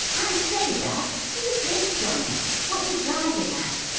i say dad, who's this johnnie? what's he driving at?